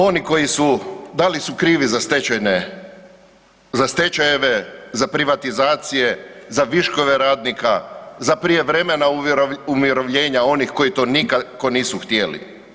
Oni koji su da li su krivi za stečajeve, za privatizacije, za viškove radnika, za prijevremena umirovljenja onih koji to nikako nisu htjeli?